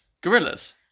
gorillas